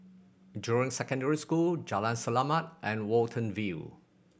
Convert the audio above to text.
Jurong Secondary School Jalan Selamat and Watten View